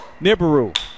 Nibiru